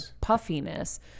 puffiness